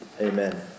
amen